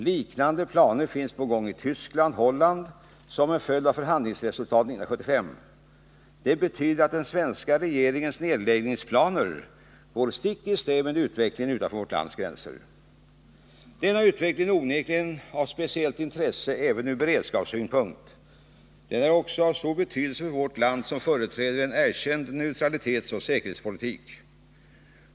Liknande planer finns på gång i Tyskland och Holland, som en följd av förhandlingsresultatet 1975. Det betyder att den svenska regeringens nedläggningsplaner går stick i stäv med utvecklingen utanför vårt lands gränser. Denna utveckling är onekligen av speciellt intresse även ur beredskapssynpunkt. Den är också av stor betydelse för vårt land, som företräder en erkänd neutralitetsoch säkerhetspolitik.